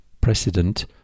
precedent